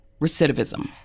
recidivism